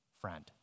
friend